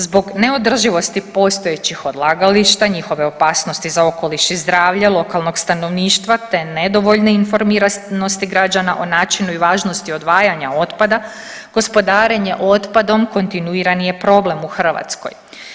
Zbog neodrživosti postojećih odlagališta, njihove opasnosti za okoliš i zdravlje lokalnog stanovništva te nedovoljne informiranosti građana o načinu i važnosti odvajanja otpada gospodarenje otpadom kontinuirani je problem u Hrvatskoj.